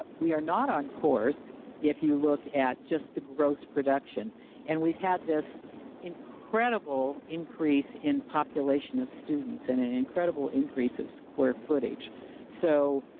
ah we are not on course if you look at just the gross production and we've had this incredible increase in population of students and an incredible increase of square footage so